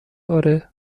آره